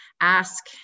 ask